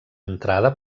entrada